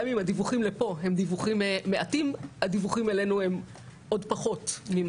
גם אם הדיווחים לפה הם דיווחים מעטים הדיווחים אלינו הם עוד פחות.